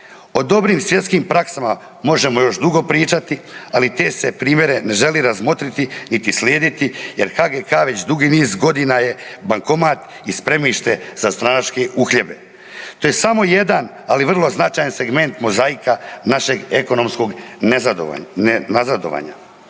O dobrim svjetskim praksama možemo još dugo pričati, ali te se primjere ne želi razmotriti niti slijediti, jer HGK-a već dugi niz godina je bankomat i spremište za stranačke uhljebe. To je samo jedan ali vrlo značajan segment mozaika našeg ekonomskog nazadovanja.